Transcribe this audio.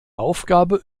aufgabe